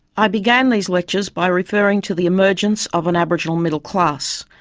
i began these lectures by referring to the emergence of an aboriginal middle class,